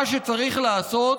מה שצריך לעשות